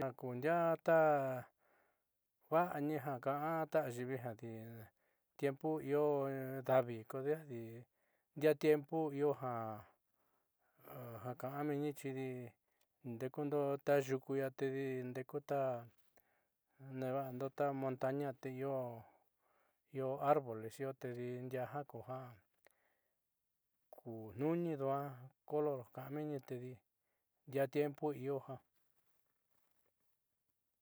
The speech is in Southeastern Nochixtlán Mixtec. Na ku ndia'a ta va'ani na ka'an ta ayiivi jadi tiempo io davi kodejadi ndiaá tiempo io ja ka'an meenni chidi ndekundo ta yuku ia tedi ndeku ta neva'ando ta montaña te io io arboles io tedi ndiaa ja kuja kuutniuuni duaa color ka'an meenni tedi ndiaa tiempo io jiaa.